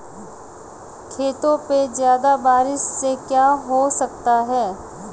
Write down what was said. खेतों पे ज्यादा बारिश से क्या हो सकता है?